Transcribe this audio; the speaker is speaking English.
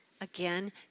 Again